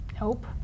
Nope